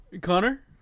Connor